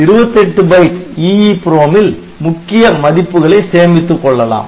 28 byte EEPROM ல் முக்கிய மதிப்புகளை சேமித்துக் கொள்ளலாம்